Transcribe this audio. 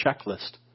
checklist